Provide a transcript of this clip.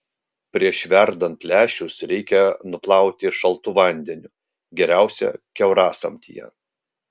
prieš verdant lęšius reikia nuplauti šaltu vandeniu geriausia kiaurasamtyje